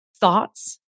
thoughts